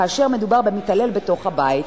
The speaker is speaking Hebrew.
כאשר מדובר במתעלל בתוך הבית,